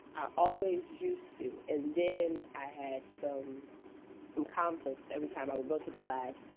always used to and then i had so some complexes every time i would go to the class,